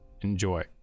Enjoy